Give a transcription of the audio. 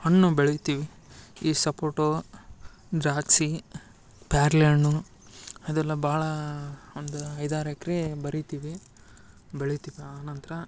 ಹಣ್ಣು ಬೆಳಿತೀವಿ ಈ ಸಪೋಟ ದ್ರಾಕ್ಷಿ ಪೇರ್ಳೆ ಹಣ್ಣು ಅದೆಲ್ಲ ಭಾಳ ಒಂದು ಐದಾರು ಎಕ್ರೆ ಬರಿತಿವಿ ಬೆಳಿತೀವಿ ಆನಂತ್ರ